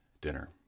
dinner